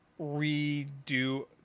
redo